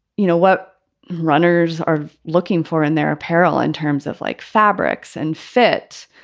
you know, what runners are looking for in their apparel in terms of like fabrics and fit.